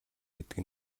гэдэг